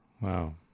Wow